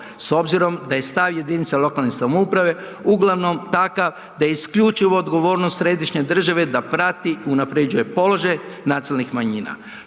s obzirom da je stav jedinica lokalne samouprave uglavnom takav da isključivu odgovornost središnje države je da prati i unapređuje položaj nacionalnih manjina.